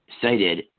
cited